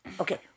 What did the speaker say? Okay